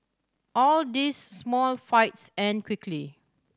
all these small fights end quickly